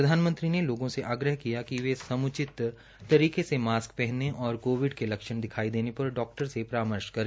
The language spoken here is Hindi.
प्रधानमंत्री ने लोगों से आग्रह किया कि वे सम्चित तरीके से मास्क पहनें और कोविड के लक्षण दिखाई देने पर डॉक्टर से परामर्श करें